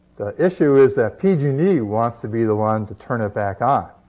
issue is that pg and e wants to be the one to turn it back on.